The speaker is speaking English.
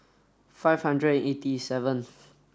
five hundred and eighty seventh